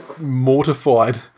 mortified